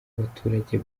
abaturage